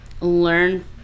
learn